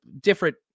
different